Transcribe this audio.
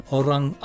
orang